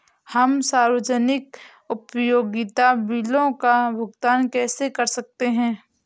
हम सार्वजनिक उपयोगिता बिलों का भुगतान कैसे कर सकते हैं?